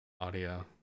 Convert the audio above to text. audio